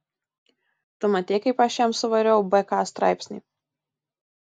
tu matei kaip aš jam suvariau bk straipsnį